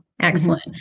Excellent